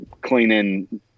cleaning